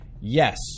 yes